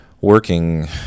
working